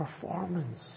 performance